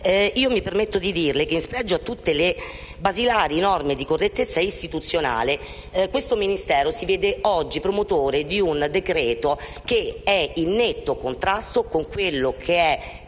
Mi permetto di dirle che, in spregio a tutte le basilari norme di correttezza istituzionale, questo Ministero si vede oggi promotore di un decreto che è in netto contrasto con il